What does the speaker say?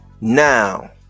now